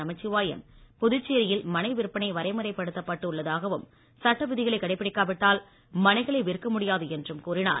நமச்சிவாயம் புதுச்சேரியில் மனை விற்பனை வரைமுறைப் படுத்தப் பட்டுள்ளதாகவும் சட்ட விதிகளை கடைபிடிக்காவிட்டால் மனைகளை விற்க முடியாது என்றும் கூறினார்